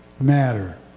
matter